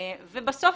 ובסוף,